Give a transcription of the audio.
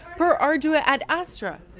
per ardua ad astra.